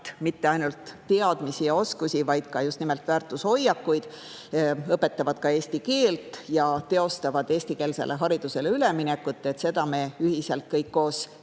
mitte ainult parimaid teadmisi ja oskusi, vaid ka just nimelt väärtushoiakuid, õpetavad eesti keelt ja teostavad eestikeelsele haridusele üleminekut. Seda me saame ühiselt kõik koos teha,